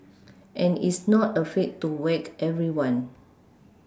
and is not afraid to whack everyone